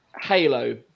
Halo